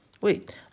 Wait